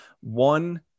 one